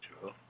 True